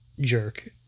jerk